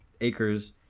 acres